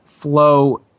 flow